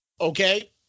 Okay